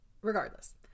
Regardless